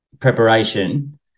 preparation